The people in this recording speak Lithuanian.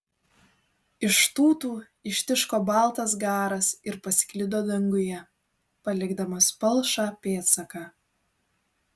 iš tūtų ištiško baltas garas ir pasklido danguje palikdamas palšą pėdsaką